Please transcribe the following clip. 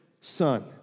son